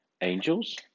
angels